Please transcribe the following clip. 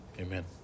Amen